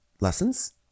Lessons